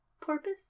Porpoise